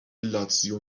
لاتزیو